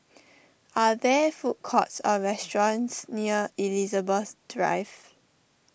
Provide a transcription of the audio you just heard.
are there food courts or restaurants near Elizabeth Drive